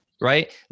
Right